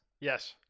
Yes